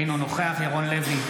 אינו נוכח ירון לוי,